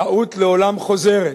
טעות לעולם חוזרת.